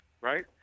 right